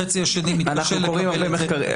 חצי השני מתקשה לקבל את זה.